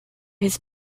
his